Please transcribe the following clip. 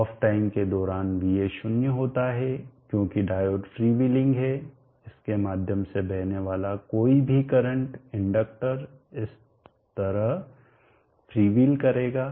of time के दौरान va 0 होता है क्योंकि डायोड फ्रीव्हीलिंग है इस के माध्यम से बहने वाला कोई भी करंट इंडक्टर इस तरह फ़्रीव्हील करेगा